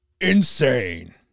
insane